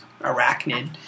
arachnid